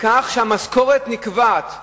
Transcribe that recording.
לכך שהמשכורת נקבעת,